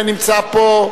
הנה, נמצא פה,